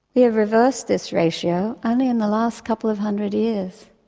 we have reversed this ratio only in the last couple of hundred years.